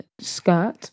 skirt